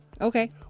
okay